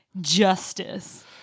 justice